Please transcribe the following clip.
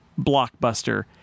blockbuster